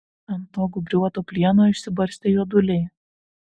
ant to gūbriuoto plieno išsibarstę juoduliai